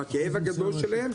בכאב הגדול שלהם,